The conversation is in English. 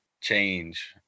change